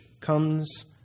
comes